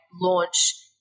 launch